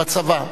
בצבא.